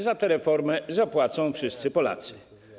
Za te reformę zapłacą wszyscy Polacy.